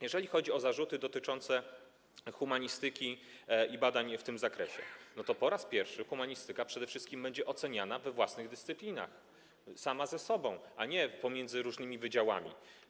Jeżeli chodzi o zarzuty dotyczące humanistyki i badań w tym zakresie, to po raz pierwszy humanistyka przede wszystkim będzie oceniana we własnych dyscyplinach, sama ze sobą, a nie pomiędzy różnymi wydziałami.